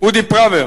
אודי פראוור